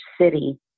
city